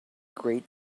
great